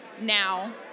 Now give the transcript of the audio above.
now